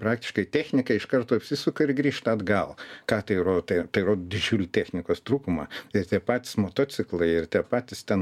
praktiškai technika iš karto apsisuka ir grįžta atgal ką tai ro tai rod didžiulį technikos trūkumą ir tie patys motociklai ir tie patys ten